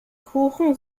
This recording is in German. kuchen